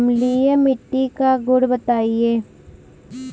अम्लीय मिट्टी का गुण बताइये